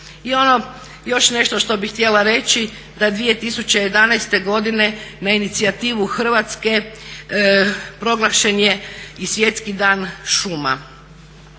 I ono, još nešto što bih htjela reći da 2011. godine na inicijativu Hrvatske proglašen je i Svjetski dan šuma.